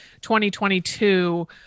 2022